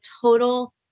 total